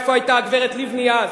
איפה היתה הגברת לבני אז?